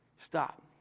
Stop